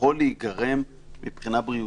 יכול להיגרם מבחינה בריאותית.